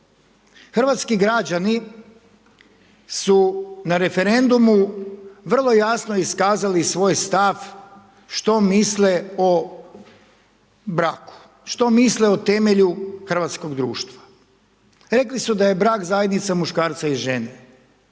Hrvatski građani su na referendumu vrlo jasno iskazali svoj stav što misle o braku. Što misle o temelju hrvatskog društva. Rekli su da je brak zajednica muškarca i žene.